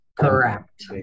Correct